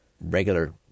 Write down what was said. regular